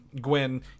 gwen